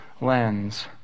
lens